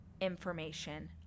information